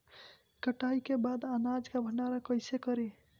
कटाई के बाद अनाज का भंडारण कईसे करीं?